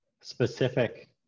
specific